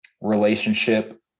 relationship